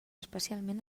especialment